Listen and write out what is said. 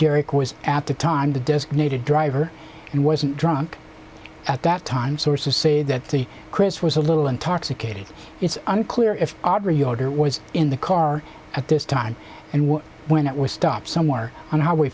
garrick was at the time the designated driver and wasn't drunk at that time sources say that the chris was a little intoxicated it's unclear if audrey yoder was in the car at this time and what when it was stop